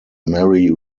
marry